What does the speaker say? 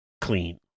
clean